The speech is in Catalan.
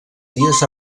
dies